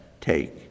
take